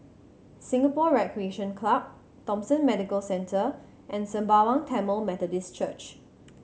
Singapore Recreation Club Thomson Medical Centre and Sembawang Tamil Methodist Church